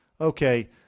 Okay